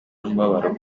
n’umubabaro